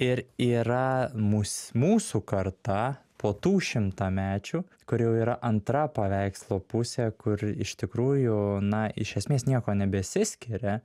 ir yra mus mūsų karta po tų šimtamečių kur jau yra antra paveikslo pusė kur iš tikrųjų na iš esmės niekuo nebesiskiria